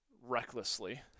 recklessly